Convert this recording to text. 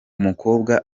umukobwa